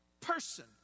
person